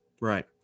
Right